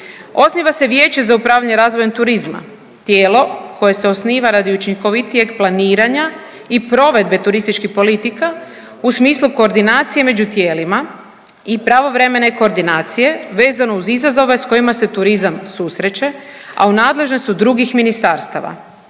Osniva se vijeće za upravljanje razvojem turizma. Tijelo koje se osniva radi učinkovitijeg planiranja i provedbe turističkih politika u smislu koordinacije među tijelima i pravovremene koordinacije vezano uz izazove s kojima se turizam susreće, a u nadležnosti su drugih ministarstava.